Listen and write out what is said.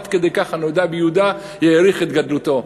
עד כדי כך "הנודע ביהודה" העריך את גדלותו.